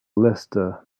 leicester